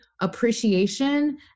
appreciation